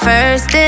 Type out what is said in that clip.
First